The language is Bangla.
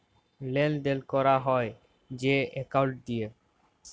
লেলদেল ক্যরা হ্যয় যে একাউল্ট দিঁয়ে